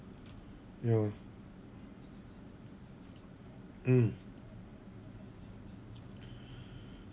ya mm